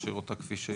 להשאיר אותה כפי שהיא?